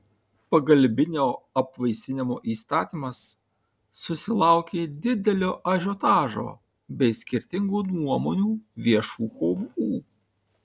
pagalbinio apvaisinimo įstatymas susilaukė didelio ažiotažo bei skirtingų nuomonių viešų kovų